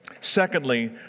Secondly